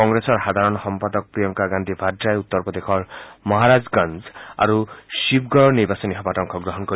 কংগ্ৰেছৰ সাধাৰণ সম্পাদক প্ৰিয়ংকা গাদ্ধী ভাদ্ৰায়ো উত্তৰ প্ৰদেশৰ মহাৰাজগঞ্জ আৰু শিৱগড়ত নিৰ্বাচনী সভাত অংশগ্ৰহণ কৰিব